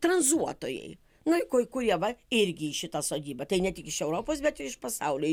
tranzuotojai na kui kur jie va irgi į šitą sodybą tai ne tik iš europos bet ir iš pasaulio